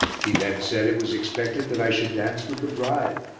he then said it was expected that i should dance with the bride.